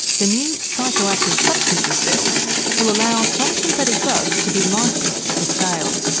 the new psychoactive substances bill will allow some synthetic drugs to be licensed for sale.